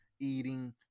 eating